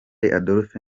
adolphe